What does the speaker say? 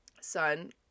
son